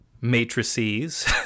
matrices